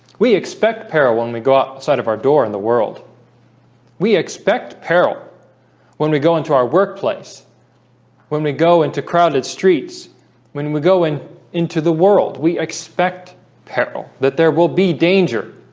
we expect peril when we go outside of our door in the world we expect peril when we go into our workplace when we go into crowded streets when we go in into the world, we expect peril that there will be danger